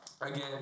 again